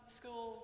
school